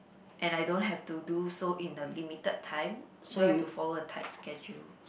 and I don't have to do so in a limited time don't have to follow a tight schedule